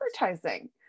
advertising